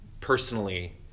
personally